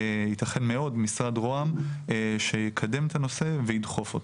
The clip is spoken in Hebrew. יתכן מאוד משרד רוה"מ שיקדם את הנושא וידחוף אותו.